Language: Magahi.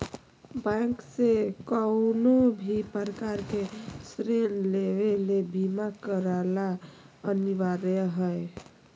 बैंक से कउनो भी प्रकार के ऋण लेवे ले बीमा करला अनिवार्य हय